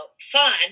fun